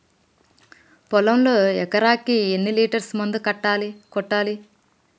పొలంలో ఎకరాకి ఎన్ని లీటర్స్ మందు కొట్టాలి?